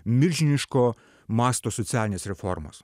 milžiniško masto socialinės reformos